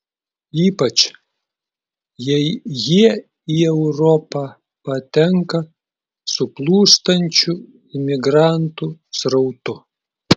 ypač jei jie į europą patenka su plūstančiu imigrantų srautu